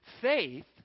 faith